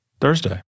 Thursday